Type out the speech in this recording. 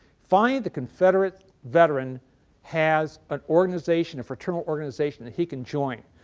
finally the confederate veteran has an organization, a fraternal organization, that he can join.